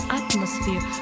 atmosphere